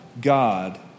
God